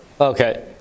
Okay